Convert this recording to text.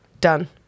Done